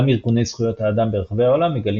גם ארגוני זכויות האדם ברחבי העולם מגלים